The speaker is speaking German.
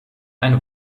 ein